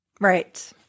Right